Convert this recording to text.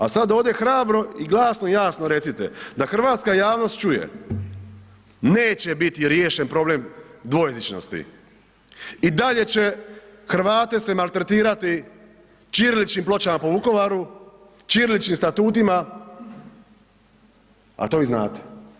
A sad ovdje hrabro i glasno i jasno recite da hrvatska javnost čuje, neće biti riješen problem dvojezičnosti, i dalje će Hrvate se maltretirati ćiriličnim pločama po Vukovaru, ćiriličnim statutima a to vi znate.